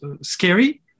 scary